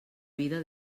vida